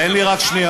תן לי רק שנייה.